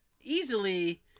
easily